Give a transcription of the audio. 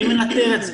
מי מנטר את זה?